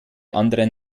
anderen